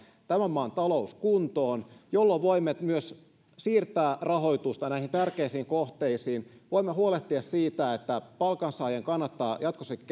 tämän maan talous kuntoon jolloin voimme myös siirtää rahoitusta näihin tärkeisiin kohteisiin voimme huolehtia siitä että palkansaajien kannattaa jatkossakin